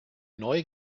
neu